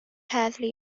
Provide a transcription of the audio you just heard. heddlu